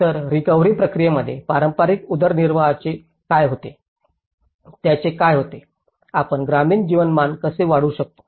तर रिकव्हरी प्रक्रियेमध्ये पारंपारिक उदरनिर्वाहाचे काय होते त्याचे काय होते आपण ग्रामीण जीवनमान कसे वाढवू शकतो